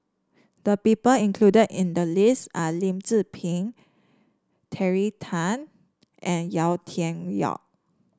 the people included in the list are Lim Tze Peng Terry Tan and Yau Tian Yau